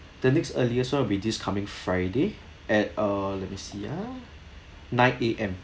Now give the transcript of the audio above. the next earliest would be this coming friday at uh let me see ya nine A_M